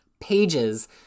pages